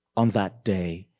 on that day,